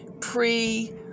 pre